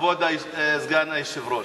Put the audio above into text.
כבוד סגן היושב-ראש.